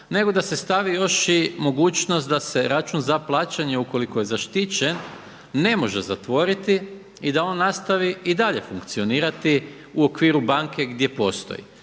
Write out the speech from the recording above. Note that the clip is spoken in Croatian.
nego da se stavi još i mogućnost da se račun za plaćanje ukoliko je zaštićen ne može zatvoriti i da on nastavi i dalje funkcionirati u okviru banke gdje postoji,